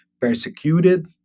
persecuted